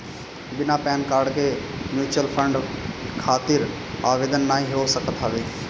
बिना PAN card के mutual fund खातिर आवेदन नाइ हो सकत हवे